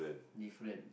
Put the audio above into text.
different